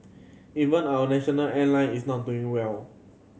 even our national airline is not doing well